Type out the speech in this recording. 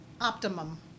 Optimum